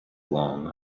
long